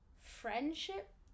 friendship